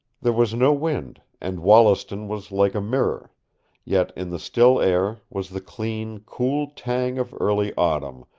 there was no wind, and wollaston was like a mirror yet in the still air was the clean, cool tang of early autumn,